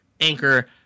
Anchor